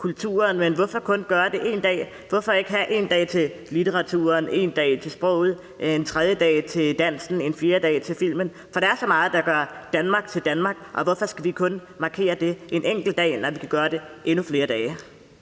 men hvorfor kun gøre det én dag? Hvorfor ikke have en dag til litteraturen, en dag til sproget, en tredje dag til dansen, en fjerde dag til filmen? For der er så meget, der gør Danmark til Danmark, og hvorfor skal vi kun markere det en enkelt dag, når vi kan gøre det endnu flere dage?